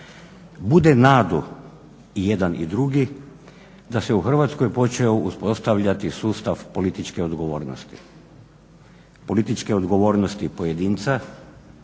bude nadu jedan i drugi da se u Hrvatskoj počeo uspostavljati sustav političke odgovornosti, političke odgovornosti pojedinca,